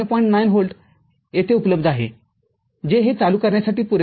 ९ volt येथे उपलब्ध आहे जे हे चालू करण्यास पुरेसे नाही